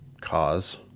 cause